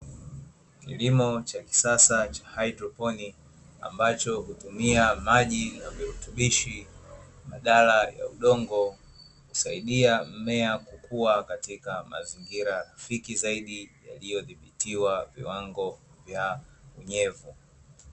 Kilimo cha kisasa cha haidroploni, ambacho hutumia maji na virubishi, badala ya udongo husaidia mmea kukua katika mazingira rafiki zaidi, yaliyodhibitiwa viwango vya unyevu.